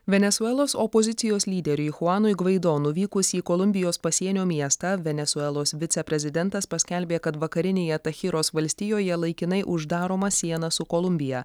venesuelos opozicijos lyderiui chuanui gvaido nuvykus į kolumbijos pasienio miestą venesuelos viceprezidentas paskelbė kad vakarinėje tachiros valstijoje laikinai uždaroma siena su kolumbija